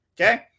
okay